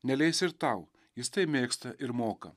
neleis ir tau jis tai mėgsta ir moka